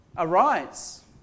Arise